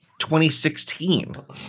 2016